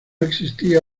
existía